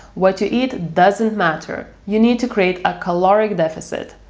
what you eat doesn't matter, you need to create a caloric deficit.